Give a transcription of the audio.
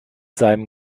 seinem